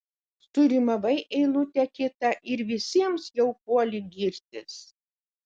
surimavai eilutę kitą ir visiems jau puoli girtis